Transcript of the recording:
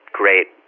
great